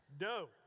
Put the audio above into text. No